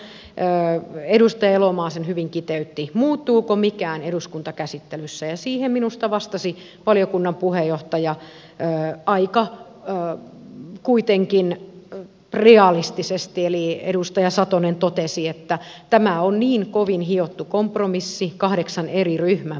minusta edustaja elomaa hyvin kiteytti sen kysymällä muuttuuko mikään eduskuntakäsittelyssä ja siihen minusta valiokunnan puheenjohtaja vastasi kuitenkin aika realistisesti eli edustaja satonen totesi että tämä on niin kovin hiottu kompromissi kahdeksan eri ryhmän välillä